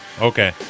Okay